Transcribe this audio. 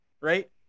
right